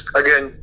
again